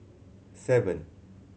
seven